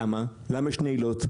למה יש נעילות?